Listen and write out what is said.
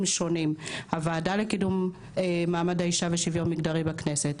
שונים: הוועדה לקידום מעמד האישה ולשוויון מגדרי בכנסת,